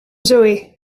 zoë